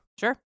Sure